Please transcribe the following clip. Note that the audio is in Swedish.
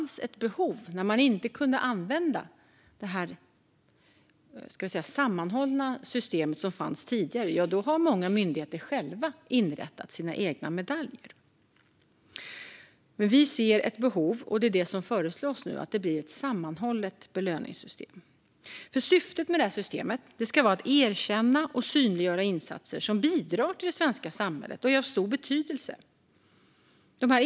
När man inte kunde använda det sammanhållna system som fanns tidigare har alltså många myndigheter själva inrättat sina egna medaljer. Vi ser alltså ett behov av ett sammanhållet belöningssystem, och det är det som föreslås nu. Syftet med systemet ska vara att erkänna och synliggöra insatser som bidrar till det svenska samhället och är av stor betydelse.